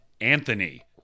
Anthony